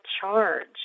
charge